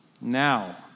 Now